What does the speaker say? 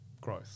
growth